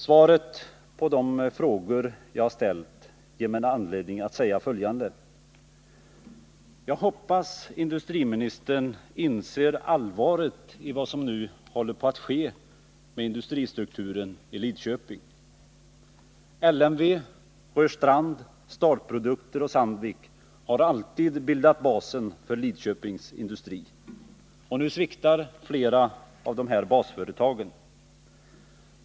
Svaret på de frågor jag ställt ger mig anledning att säga följande: Jag hoppas att industriministern inser allvaret i vad som nu håller på att ske med industristrukturen i Lidköping. LMV, Rörstrand, STAR-produkter och Sandvik har alltid bildat basen för Lidköpings industri. Nu sviktar flera av dessa basföretag.